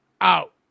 out